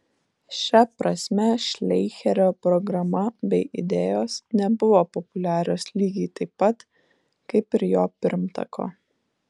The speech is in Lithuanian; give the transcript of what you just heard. šia prasme šleicherio programa bei idėjos nebuvo populiarios lygiai taip pat kaip ir jo pirmtako